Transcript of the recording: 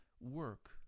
work